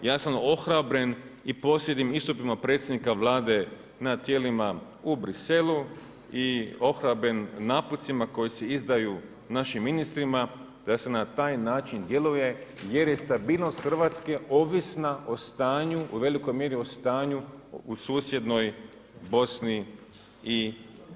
I ja sam ohrabren i posljednjim istupima predsjednika Vlade na tijelima u Briselu i ohrabren naputcima koji se izdaju našim ministrima da se na taj način djeluje jer je stabilnost Hrvatske ovisna o stanju u velikoj mjeri o stanju u susjednoj BiH-a.